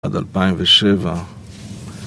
עד 2007